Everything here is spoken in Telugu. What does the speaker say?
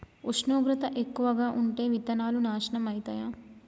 ఉష్ణోగ్రత ఎక్కువగా ఉంటే విత్తనాలు నాశనం ఐతయా?